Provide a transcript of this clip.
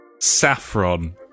Saffron